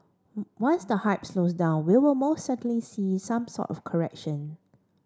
once the hype slows down we will most certainly see some sort of correction